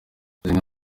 zimwe